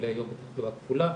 טיפולי יום בתחלואה כפולה.